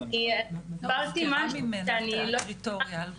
עברתי משהו שאני לא יכולה להתגבר.